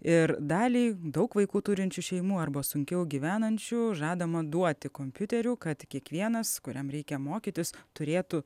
ir dalį daug vaikų turinčių šeimų arba sunkiau gyvenančių žadama duoti kompiuterių kad kiekvienas kuriam reikia mokytis turėtų